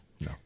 No